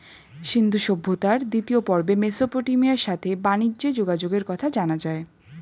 সিন্ধু সভ্যতার দ্বিতীয় পর্বে মেসোপটেমিয়ার সাথে বানিজ্যে যোগাযোগের কথা জানা যায়